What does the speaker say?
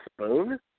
Spoon